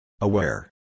Aware